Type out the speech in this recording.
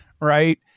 right